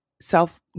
self